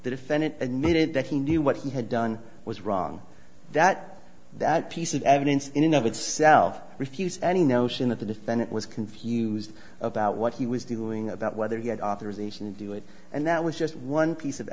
the defendant admitted that he knew what he had done was wrong that that piece of evidence in of itself refused any notion that the defendant was confused about what he was doing about whether he had authorization to do it and that was just one piece of